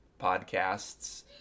podcasts